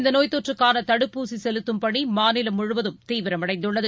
இந்தநோய்த் தொற்றுக்கானதடுப்பூசிசெலுத்தும் பணிமாநிலம் முழுவதும் தீவிரமடைந்துள்ளது